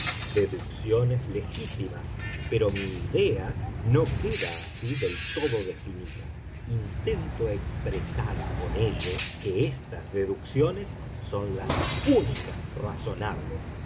deducciones legítimas pero mi idea no queda así del todo definida intento expresar con ello que estas deducciones son las únicas razonables